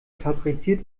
fabriziert